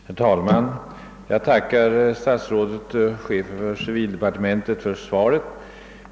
Herr talman! Jag tackar herr statsrådet och chefen för civildepartementet för svaret.